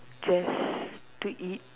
just to eat